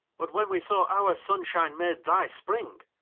but when we saw, our sunshine made thy spring,